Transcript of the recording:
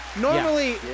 normally